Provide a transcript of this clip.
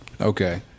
Okay